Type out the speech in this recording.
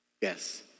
yes